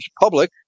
public